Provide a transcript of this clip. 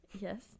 Yes